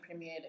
premiered